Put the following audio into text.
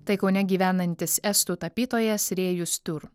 tai kaune gyvenantis estų tapytojas rėjus tiur